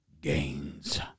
GAINS